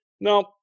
No